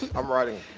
i'm writing.